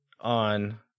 on